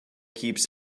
keeps